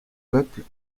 peuple